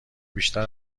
بیشتر